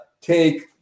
take